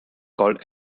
called